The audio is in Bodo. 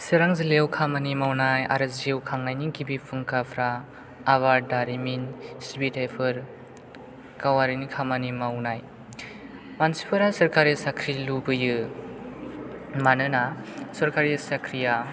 चिरां जिल्लायाव खामानि मावनाय आरो जिउ खांनायनि गिबि फुंखाफोरा आबाद दारिमिन सिबिथायफोर गावारिनि खामानि मावनाय मानसिफोरा सोरकारि साख्रि लुबैयो मानोना सोरकारि साख्रिया